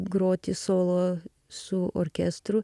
groti solo su orkestru